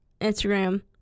Instagram